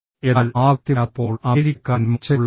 എന്നാൽ ആ വ്യക്തി വരാത്തപ്പോൾ അമേരിക്കക്കാരൻ മൂർച്ചയുള്ള 9